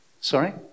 Sorry